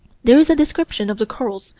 there is a description of the corals,